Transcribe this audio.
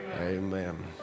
Amen